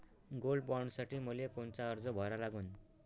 Gold बॉण्डसाठी मले कोनचा अर्ज भरा लागन?